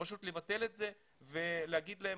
פשוט לבטל את זה ולהגיד להם,